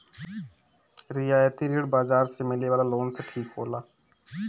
रियायती ऋण बाजार से मिले वाला लोन से ठीक होला